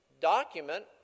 document